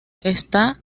está